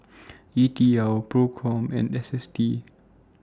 D T L PROCOM and S S T